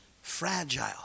fragile